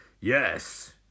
Yes